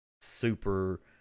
super